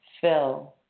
fill